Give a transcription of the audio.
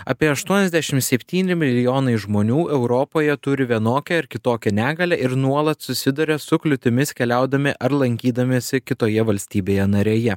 apie aštuoniasdešim septyni milijonai žmonių europoje turi vienokią ar kitokią negalią ir nuolat susiduria su kliūtimis keliaudami ar lankydamiesi kitoje valstybėje narėje